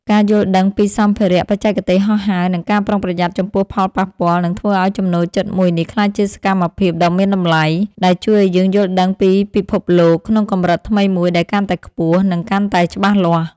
ការយល់ដឹងពីសម្ភារៈ បច្ចេកទេសហោះហើរ និងការប្រុងប្រយ័ត្នចំពោះផលប៉ះពាល់ នឹងធ្វើឱ្យចំណូលចិត្តមួយនេះក្លាយជាសកម្មភាពដ៏មានតម្លៃ ដែលជួយឱ្យយើងយល់ដឹងពីពិភពលោកក្នុងកម្រិតថ្មីមួយដែលកាន់តែខ្ពស់ និងកាន់តែច្បាស់លាស់។